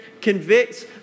convicts